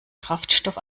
kraftstoff